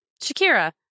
Shakira